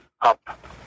up